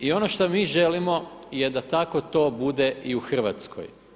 I ono što mi želimo je da tako to bude i u Hrvatskoj.